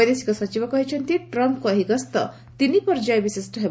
ବୈଦେଶିକ ସଚିବ କହିଛନ୍ତି ଟ୍ରମ୍ଫ୍ଙ୍କ ଏହି ଗସ୍ତ ତିନି ପର୍ଯ୍ୟାୟ ବିଶିଷ୍ଟ ହେବ